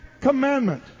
Commandment